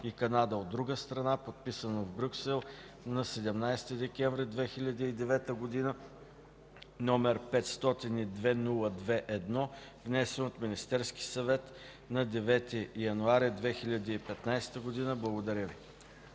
и Канада, от друга страна, подписано в Брюксел на 17 декември 2009 г., № 502-02-1, внесен от Министерския съвет на 9 януари 2015 г.” Благодаря Ви.